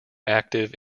active